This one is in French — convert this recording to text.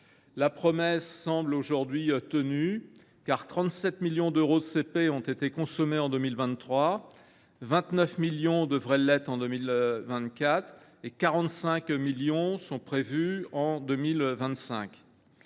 La promesse semble aujourd’hui tenue : 37 millions d’euros de CP ont été consommés en 2023 ; 29 millions d’euros devraient l’être en 2024 ; 45 millions d’euros sont prévus pour 2025.